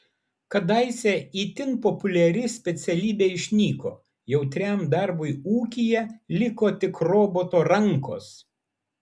kadaise itin populiari specialybė išnyko jautriam darbui ūkyje liko tik roboto rankos